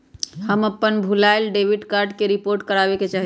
हम अपन भूलायल डेबिट कार्ड के रिपोर्ट करावे के चाहई छी